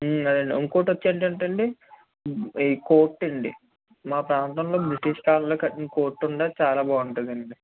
అదే అండి ఇంకొకటి వచ్చి ఏంటంటే అండి ఈ కోర్ట్ అండి మా ప్రాంతంలో బ్రిటిష్ కాలంలో కట్టిన కోర్ట్ ఉంది అది చాలా బాగుంటుంది అండి